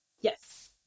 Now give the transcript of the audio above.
Yes